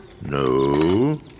No